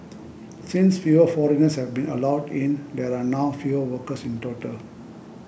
since fewer foreigners have been allowed in there are now fewer workers in total